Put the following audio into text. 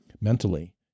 mentally